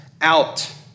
out